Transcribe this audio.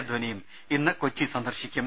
അദ്വാനിയും ഇന്ന് കൊച്ചി സന്ദർശിക്കും